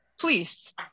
Please